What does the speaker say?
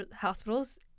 hospitals